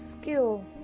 skill